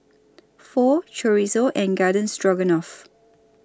Pho Chorizo and Garden Stroganoff